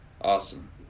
Awesome